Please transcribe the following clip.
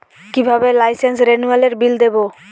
কিভাবে লাইসেন্স রেনুয়ালের বিল দেবো?